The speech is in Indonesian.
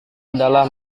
adalah